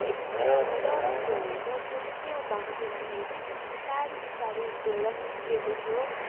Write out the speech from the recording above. electricity मज्जाले flow हुन्छ त्यो चाहिँ के भएको थियो भन्दाखेरि चाहिँ त्यो बिस्तारी बिस्तारी गएर पग्लेको थियो